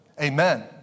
Amen